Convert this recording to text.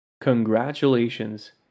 Congratulations